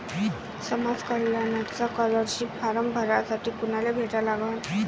समाज कल्याणचा scholarship form भरासाठी कुनाले भेटा लागन?